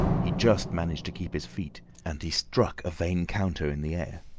he just managed to keep his feet, and he struck a vain counter in the air.